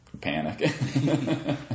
Panic